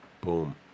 Boom